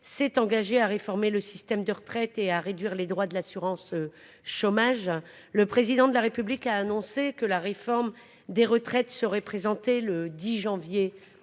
s'est engagé à réformer le système de retraite et à réduire les droits de l'assurance chômage. Le président de la République a annoncé que la réforme des retraites serait présenté le 10 janvier